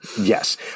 Yes